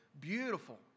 beautiful